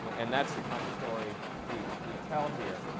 but and that's the kind of story we we tell here.